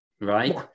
right